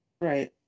Right